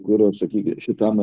kurių sakykime šitam